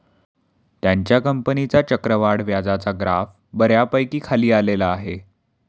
त्याच्या कंपनीचा चक्रवाढ व्याजाचा ग्राफ बऱ्यापैकी खाली आलेला आहे